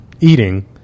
eating